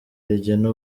rigena